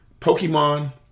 Pokemon